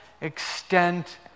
extent